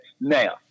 Now